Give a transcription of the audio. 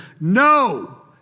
no